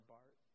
Bart